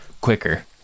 quicker